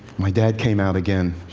my dad came out again.